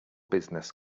business